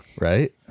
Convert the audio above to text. right